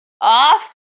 off